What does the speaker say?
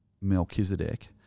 Melchizedek